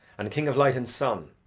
and, king of light and sun!